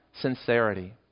sincerity